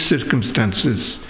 circumstances